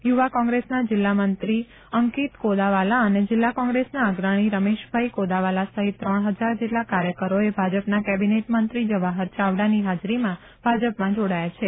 યૂવા કોંગ્રેસના જીલ્લા મંત્રી અંકિત કોદાવાલા અને જીલ્લા કોંગ્રેસના અગ્રણી રમેશભાઈ કોદાવાલા સહિત ત્રણ હજાર જેટલા કાર્યકરોએ ભાજપના કેબીનેટ મંત્રી જવાહર ચાવડાની હાજરીમાં ભાજપમાં જોડાયા છે